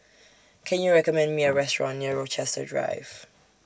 Can YOU recommend Me A Restaurant near Rochester Drive